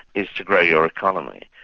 is to grow your economy.